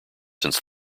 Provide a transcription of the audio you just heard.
since